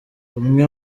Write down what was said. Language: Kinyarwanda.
umwe